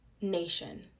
nation